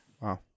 Wow